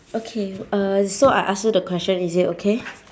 okay uh so I ask you the question is it okay